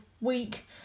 week